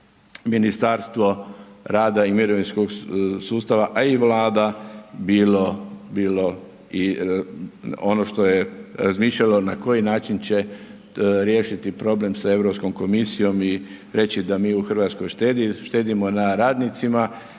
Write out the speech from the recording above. Ministarstvo rada i mirovinskog sustava a i vlada bilo i ono što je razmišljalo na koji način će riješiti problem sa EU komisijom i reći da mi u Hrvatskoj štedimo na radnicima,